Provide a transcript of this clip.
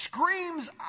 screams